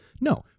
No